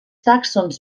tàxons